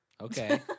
Okay